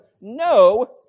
no